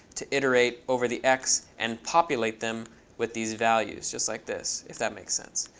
to iterate over the x and populate them with these values just like this if that makes sense.